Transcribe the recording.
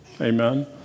Amen